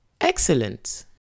Excellent